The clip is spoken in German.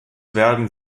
werden